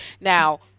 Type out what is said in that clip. now